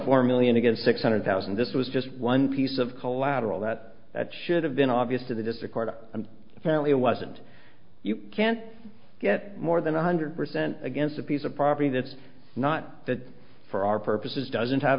four million again six hundred thousand this was just one piece of collateral that that should have been obvious to the district court and apparently it wasn't you can't get more than one hundred percent against a piece of property that's not fit for our purposes doesn't have